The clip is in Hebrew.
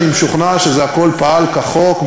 אני משוכנע שהכול פעל כחוק,